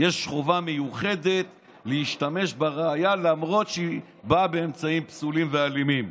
יש חובה מיוחדת להשתמש בראיה למרות שהיא באה באמצעים פסולים ואלימים.